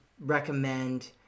recommend